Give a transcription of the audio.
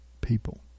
people